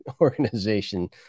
organization